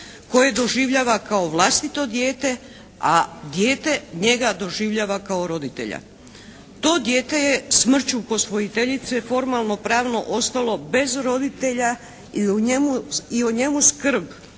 koje doživljava kao vlastito dijete, a dijete njega doživljava kao roditelja. To dijete je smrću posvojiteljice formalnopravno ostalo bez roditelja i o njemu skrb